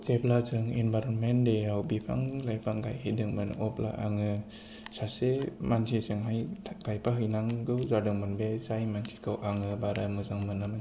जेब्ला जों इनभाइर'नमेन्ट डेआव बिफा लाइफां गायहैदोंमोन अब्ला आङो सासे मानसिजोंहाय गायफा हैनांगौ जादोंमोन बे जाय मानसिखौ आङो बारा मोजां मोनामोन